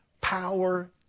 power